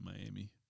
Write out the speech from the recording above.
Miami